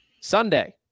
Sunday